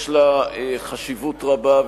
יש לה חשיבות רבה,